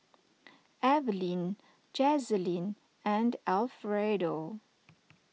Evaline Jazlyn and Alfredo